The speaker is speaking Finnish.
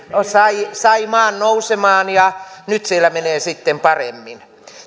sai sai maan nousemaan ja nyt siellä menee sitten paremmin